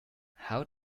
how